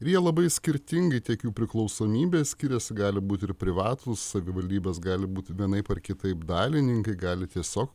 ir jie labai skirtingi tiek jų priklausomybė skiriasi gali būti ir privatūs savivaldybės gali būti vienaip ar kitaip dalininkai gali tiesiog